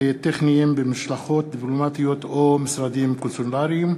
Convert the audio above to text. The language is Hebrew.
וטכניים במשלחות דיפלומטיות או משרדים קונסולריים,